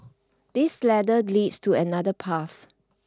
this ladder leads to another path